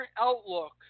outlook